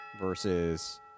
versus